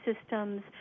systems